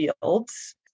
fields